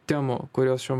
temų kurios šiuo